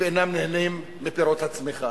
ואינם נהנים מפירות הצמיחה.